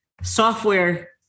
software